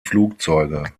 flugzeuge